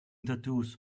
tattoos